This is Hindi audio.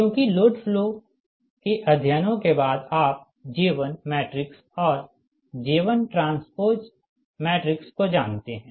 क्योंकिलोड फ्लो के अध्ययनों के बाद आप J1मैट्रिक्स और J1 ट्रांस्पोज मैट्रिक्स को जानते हैं